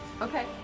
okay